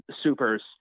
supers